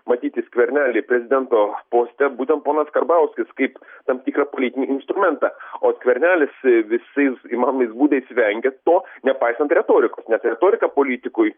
matyti skvernelį prezidento poste būtent ponas karbauskis kaip tam tikrą politinį instrumentą o skvernelis visais įmanomais būdais vengia to nepaisant retorikos nes retorika politikui